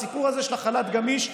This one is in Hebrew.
הסיפור הזה של חל"ת גמיש,